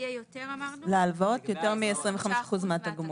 יותר מ-25% מהתגמול.